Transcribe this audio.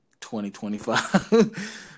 2025